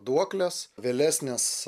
duokles vėlesnės